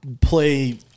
play